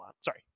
Sorry